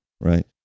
right